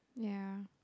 ya